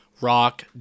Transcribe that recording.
rock